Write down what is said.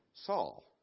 Saul